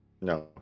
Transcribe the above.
No